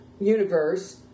universe